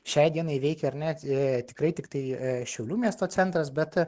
šiai dienai veikia ar ne tikrai tiktai šiaulių miesto centras bet